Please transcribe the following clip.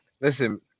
Listen